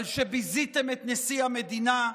על שביזיתם את נשיא המדינה,